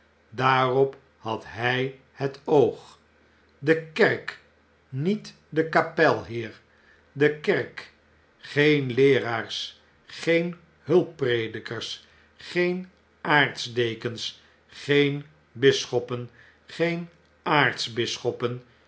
daarop had h het oog de kerk met de kapel heer de kerk geen leeraars geen hulppredikers geen aartsdekens geen bisschoppen geen